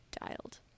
Dialed